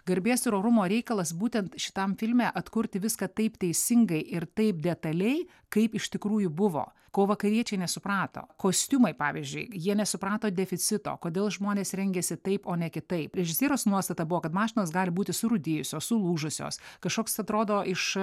garbės ir orumo reikalas būtent šitam filme atkurti viską taip teisingai ir taip detaliai kaip iš tikrųjų buvo ko vakariečiai nesuprato kostiumai pavyzdžiui jie nesuprato deficito kodėl žmonės rengiasi taip o ne kitaip režisieriaus nuostata buvo kad mašinos gali būti surūdijusios sulūžusios kažkoks atrodo iš